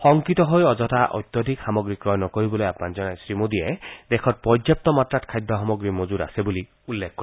শংকিত হৈ অযথা অত্যধিক সামগ্ৰী ক্ৰয় নকৰিবলৈ আহ্বান জনাই শ্ৰীমোদীয়ে দেশত পৰ্য্যাপ্ত মাত্ৰাত খাদ্য সামগ্ৰী মজত আছে বুলি উল্লেখ কৰে